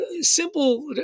Simple